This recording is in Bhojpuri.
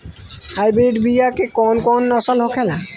हाइब्रिड बीया के कौन कौन नस्ल होखेला?